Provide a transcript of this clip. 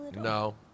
No